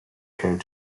came